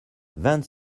vingt